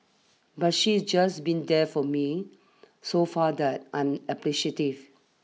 but she just be there for me so far that I'm appreciative